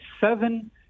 seven